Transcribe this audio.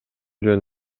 жөн